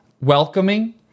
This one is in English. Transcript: welcoming